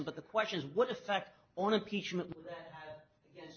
him but the question is what effect on a pea